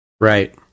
Right